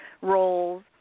roles